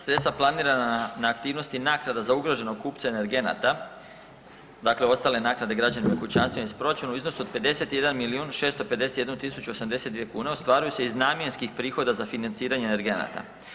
Sredstva planirana na aktivnosti naknada za ugroženog kupca energenata, dakle ostale naknade građanima i kućanstvima iz proračuna u iznosu od 51 milijun 651 tisuću 82 kune ostvaruju se iz namjenskih prihoda za financiranje energenata.